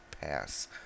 pass